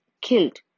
killed